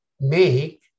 make